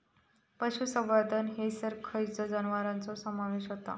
पशुसंवर्धन हैसर खैयच्या जनावरांचो समावेश व्हता?